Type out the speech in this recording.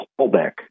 pullback